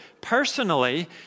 personally